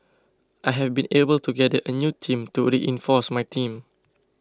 I have been able to gather a new team to reinforce my team